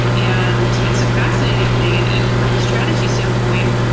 and it's a fascinating thing. and and from a strategy standpoint,